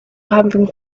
having